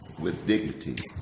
with dignity